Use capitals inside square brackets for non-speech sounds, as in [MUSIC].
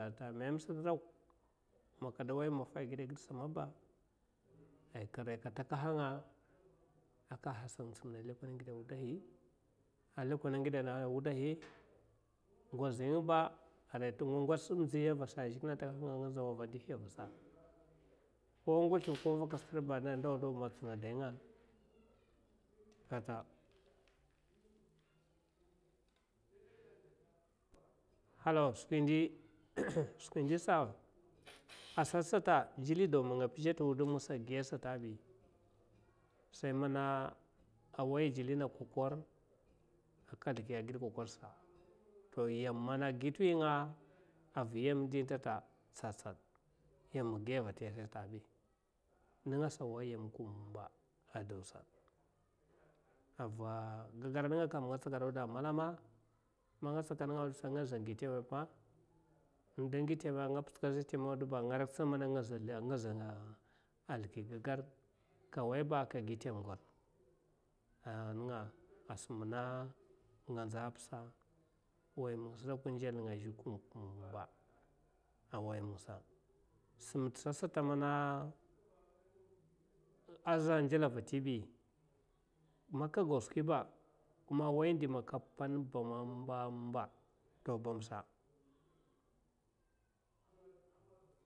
Inta memesidwak ma kada wai maffa a gida gid’wak aria katakahanga a ka hasan simna lekol a wudahi ngozinaiba wudahi aria ta ngwats simnzi a zhikle takahanga a nga nzawava a ndihiya a vasa ko a ngwaslim ko avakad stadba man ndawa ndawba da tsina dainga kata halaw skwi indi. [NOISE] Skwi ndisa a sat sata jilli daw man nga pizha ta wudun ngasa a giya a sata’abi sai man a awai jini kkwakwar a ka slkiya’a ana gid kwakkwarsa to yan mana gi to tuwi nga ava yam fi tat tsatsad yama a giya vatiya sata bi ningasa a wai yam kumba ba a dawsa a va ga gar ninga kan nga tsakad dawda malama nga tsakad dawdisa a ngaza ngi tema’pa inda ngi tema nga pitskad tema audaba nga ratsama’a a ngaza sldiki gagar kawaiba kagi tem ngwar a ninga a simma nga nzapasa wayim ngisa ta dakwa nzal ninga azha kumb kumba a wayim ngisa simta sata mana a zha bmata avatibi man kago kwiba kuma a wai mandi ka pan bama’ a ambamba to bamsa.